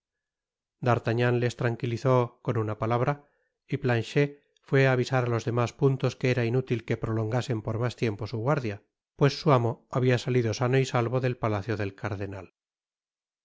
d'artagnan les tranquilizó con una palabra y planchet fué á avisar á los demás puntos que era inútil que prolongasen por mas tiempo su guardia pues su amo habia salido sano y salvo del palacio del cardenal